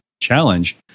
challenge